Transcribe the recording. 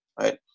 Right